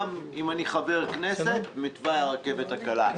גם אם אני חבר כנסת, מתוואי הרכבת הקלה.